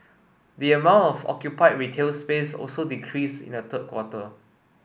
the amount of occupied retail space also decreased in the third quarter